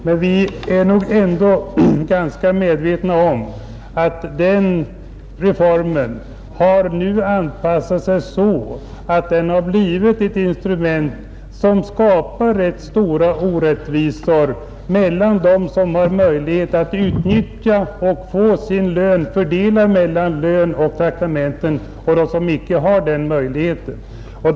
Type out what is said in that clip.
Men vi är nog ändå ganska medvetna om att den reformen nu har blivit ett instrument som skapar rätt stora orättvisor mellan dem som har möjlighet att få sin inkomst fördelad på lön och traktamente och de människor som icke har den möjligheten.